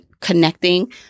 connecting